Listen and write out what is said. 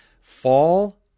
fall